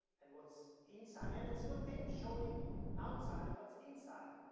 and what's inside. and it's a good thing, showing outside what's inside.